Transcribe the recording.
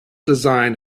design